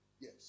Yes